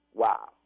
wow